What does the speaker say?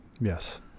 Yes